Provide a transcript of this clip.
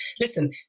listen